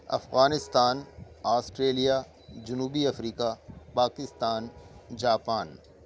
Afghanistan Australia جنوبی افریقہ Pakistan Japan